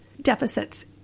deficits